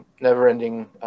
never-ending